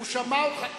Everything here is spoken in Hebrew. הוא שמע אותך.